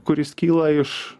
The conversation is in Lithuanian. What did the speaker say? kuris kyla iš